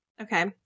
okay